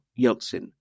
Yeltsin